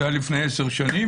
זה היה לפני עשר שנים,